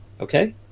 okay